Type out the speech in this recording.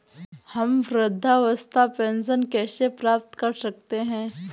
हम वृद्धावस्था पेंशन कैसे प्राप्त कर सकते हैं?